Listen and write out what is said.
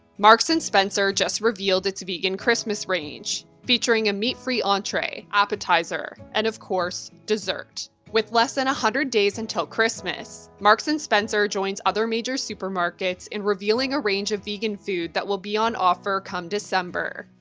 marks and spencer just revealed its vegan christmas range, featuring a meat-free entree, appetizer, and of course, dessert. with less than a hundred days until christmas, marks and spencer joins other major supermarkets in revealing a range of vegan food that will be on offer come december.